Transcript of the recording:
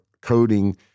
coding